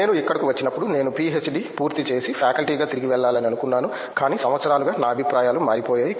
నేను ఇక్కడకు వచ్చినప్పుడు నేను పీహెచ్డీ పూర్తి చేసి ఫ్యాకల్టీగా తిరిగి వెళ్లాలని అనుకున్నాను కాని సంవత్సరాలుగా నా అభిప్రాయాలు మారిపోయాయి